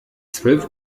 zwölf